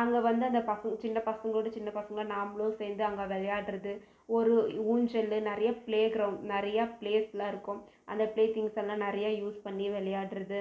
அங்கே வந்து அந்த சின்ன பசங்களோட சின்ன பசங்க நாம்பளும் சேர்ந்து அங்கே விளையாடுறது ஒரு ஊஞ்சல் நிறையா ப்ளேகிரௌண்ட் நிறையா ப்ளேஸ்லாம் இருக்கும் அங்கே ப்ளே திங்ஸ்லாம் நிறையா யூஸ் பண்ணி விளையாடுறது